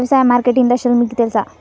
వ్యవసాయ మార్కెటింగ్ దశలు మీకు తెలుసా?